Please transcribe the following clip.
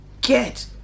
get